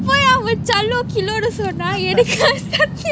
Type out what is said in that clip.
சொன்னா எனக்கு சத்தியமா:sonna enakku sththiyama